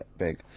big.